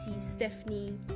Stephanie